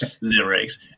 lyrics